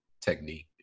technique